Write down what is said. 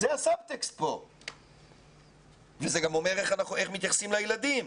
זה גם אומר איך מתייחסים לילדים.